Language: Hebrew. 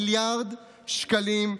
מיליארד שקלים,